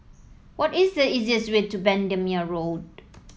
what is the easiest way to Bendemeer Road